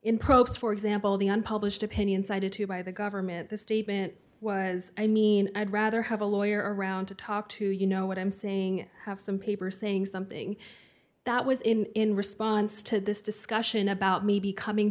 progress for example the unpublished opinion cited to by the government this statement was i mean i'd rather have a lawyer around to talk to you know what i'm saying have some paper saying something that was in response to this discussion about maybe coming